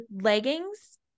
leggings